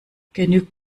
genügt